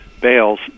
bales